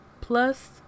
plus